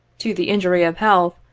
to the injury of health,